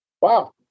wow